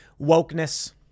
wokeness